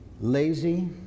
lazy